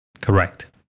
Correct